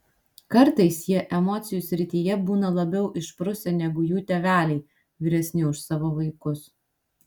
kartais jie emocijų srityje būna labiau išprusę negu jų tėveliai vyresni už savo vaikus